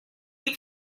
you